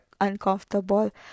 uncomfortable